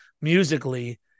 musically